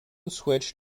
switched